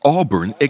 Auburn